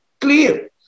clear